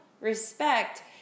respect